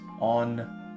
on